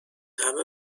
همه